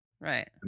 Right